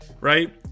right